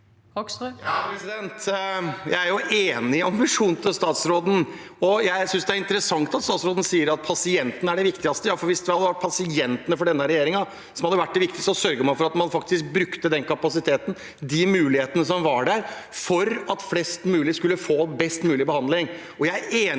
Jeg er enig i ambi- sjonen til statsråden, og jeg synes det er interessant at statsråden sier at pasienten er det viktigste. Hvis det hadde vært pasientene som var det viktigste for denne regjeringen, ville man sørget for at man faktisk brukte den kapasiteten, de mulighetene som var der, for at flest mulig skulle få best mulig behandling.